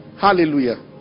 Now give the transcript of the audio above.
Hallelujah